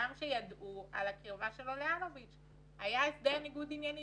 גם כשידעו על הקרבה שלו לאלוביץ'; היה הסדר ניגוד עניינים,